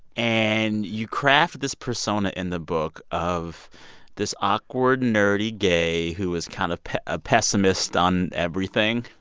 and you craft this persona in the book of this awkward, nerdy gay who is kind of a pessimist on everything.